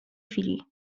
chwili